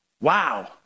Wow